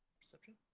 perception